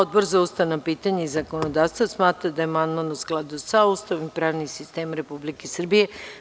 Odbor za ustavna pitanja i zakonodavstvo smatra da je amandman u skladu sa Ustavom i pravnim sistemom Republike Srbije.